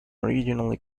originally